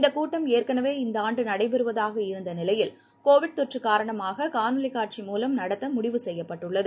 இந்தக் கூட்டம் ஏற்கனவே இந்த ஆண்டு நடைபெறுவதாக இருந்த நிலையில் கோவிட் தொற்று காரணமாக காணொளி காட்சி மூலம் நடத்த முடிவு செய்யப்பட்டது